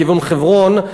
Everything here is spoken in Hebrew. מכיוון חברון,